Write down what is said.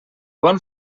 bon